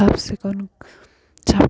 চাফ চিকুণ